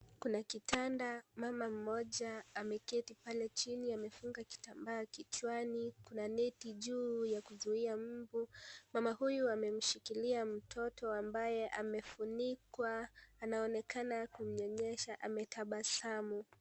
Kuna kitanda, mama mmoja ameketi pale chini amefuga kitambaa kichwani. Kuna neti juu ya kuzuia mbu. Mama huyu amemshikilia mtoto ambaye amefunikwa. Anaonekana kumyonyesha, ametabasamu.